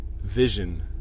Vision